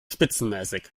spitzenmäßig